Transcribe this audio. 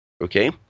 Okay